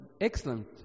excellent